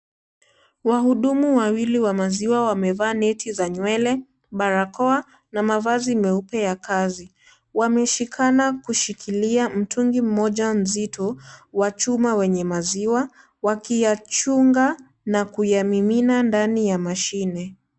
Wahudumu wawili wa maziwa wamevaa neti za nywele, barakoa, na mavazi meupe ya kazi. Wameshikana kushikilia mtungi mmoja mzito, wa chuma wenye maziwa, wakiyachunga na kuyamimina ndani ya mashine.